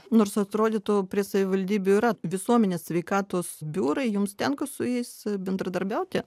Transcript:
nors atrodytų prie savivaldybių yra visuomenės sveikatos biurai jums tenka su jais bendradarbiauti